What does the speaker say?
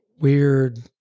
weird